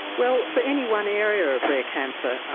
well, for any one area of rare cancer.